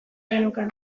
geneukan